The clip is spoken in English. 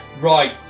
Right